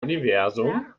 universum